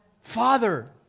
Father